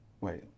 Wait